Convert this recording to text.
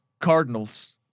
Cardinals